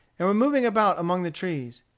and were moving about among the trees.